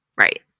right